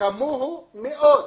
כמוהו מאות